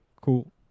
Cool